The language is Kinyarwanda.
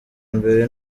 mbere